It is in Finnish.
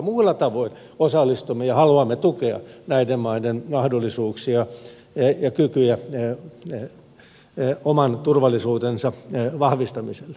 muulla tavoin osallistumme ja haluamme tukea näiden maiden mahdollisuuksia ja kykyjä oman turvallisuutensa vahvistamiseen